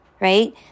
right